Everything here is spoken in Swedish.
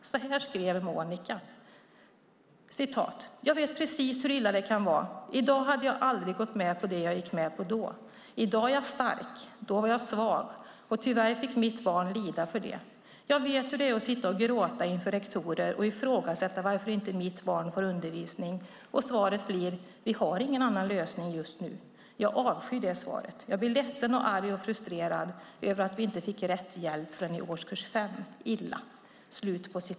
Så här skrev Monika: "Jag vet precis hur illa det kan vara. I dag hade jag aldrig gått med på det jag gick med på då. I dag är jag stark, då var jag svag och tyvärr fick mitt barn lida för det. Jag vet hur det är att sitta och gråta inför rektorer och ifrågasätta varför inte mitt barn får undervisning och svaret blir: Vi har ingen annan lösning just nu. Jag avskyr det svaret. Jag blir ledsen och arg och frustrerad över att vi inte fick 'rätt hjälp' förrän i åk. 5. ILLA."